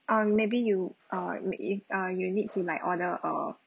or maybe you err m~ if uh you need to like order a